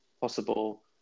possible